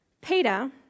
Peter